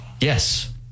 yes